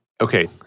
Okay